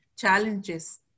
challenges